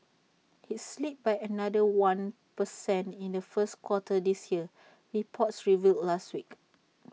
IT slipped by another one per cent in the first quarter this year reports revealed last week